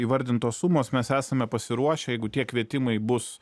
įvardintos sumos mes esame pasiruošę jeigu tie kvietimai bus